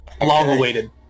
long-awaited